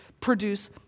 produce